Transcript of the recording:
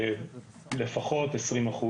לפחות 20%,